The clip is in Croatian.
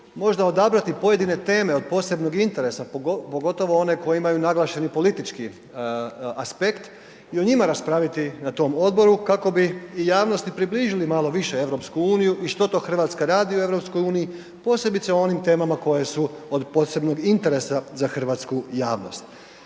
možda odabrati pojedine teme od posebnog interesa, pogotovo one koje imaju naglašeni politički aspekt i o njima raspraviti na tom odboru kako bi i javnosti približili malo više EU i što to RH radi u EU, posebice o onim temama koje su od posebnog interesa za hrvatsku javnost.